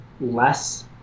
less